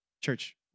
Church